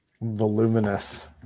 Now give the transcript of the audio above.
Voluminous